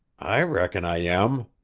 i reckon i am.